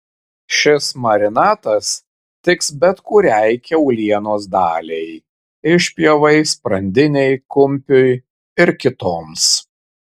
šis marinatas tiks bet kuriai kiaulienos daliai išpjovai sprandinei kumpiui ir kitoms